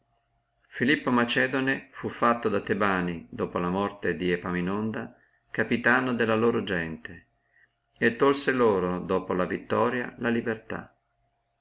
filippo macedone fu fatto da tebani dopo la morte di epaminunda capitano delle loro gente e tolse loro dopo la vittoria la libertà